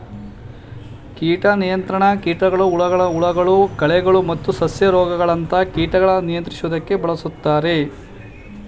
ಕೀಟ ನಿಯಂತ್ರಣ ಕೀಟಗಳು ಹುಳಗಳು ಕಳೆಗಳು ಮತ್ತು ಸಸ್ಯ ರೋಗಗಳಂತ ಕೀಟನ ನಿಯಂತ್ರಿಸೋಕೆ ಬಳುಸ್ತಾರೆ